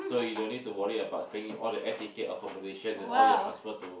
so you don't need to worry about paying all the air ticket accommodation and all you transfer to